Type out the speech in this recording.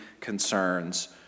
concerns